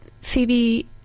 Phoebe